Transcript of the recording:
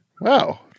wow